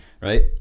right